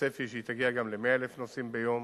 הצפי שהיא תגיע גם ל-100,000 נוסעים ביום